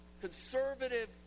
Conservative